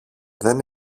δεν